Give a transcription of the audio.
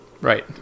Right